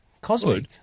Cosmic